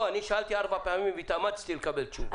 אני שאלתי ארבע פעמים והתאמצתי לקבל תשובה.